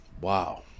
wow